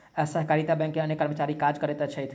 सहकारिता बैंक मे अनेक कर्मचारी काज करैत छथि